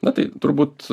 na tai turbūt